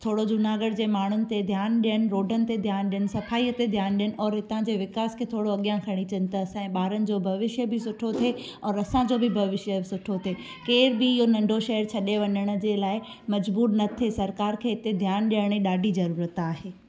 थोरो जूनागढ़ जे माण्हूनि ते ध्यानु ॾियनि रोडनि ते ध्यानु ॾियनि सफ़ाईअ ते ध्यान ॾेअनि ओर हितां जे विकास खे थोरो अॻियां खणी अचनि था असांजे ॿारनि जो भविष्य बि सुठो थिए ओर असांजो बि भविष्य बि सुठो थिए केर बि इहो नंढो शहरु छॾे वञण जे लाइ मजबूर न थिए सरकार खे हिते ध्यानु ॾियण जी ॾाढी ज़रूरत आहे